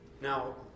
Now